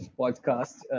podcast